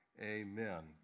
Amen